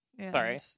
sorry